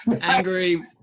Angry